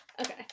Okay